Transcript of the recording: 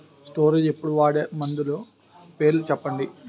Storage అప్పుడు వాడే మందులు పేర్లు చెప్పండీ?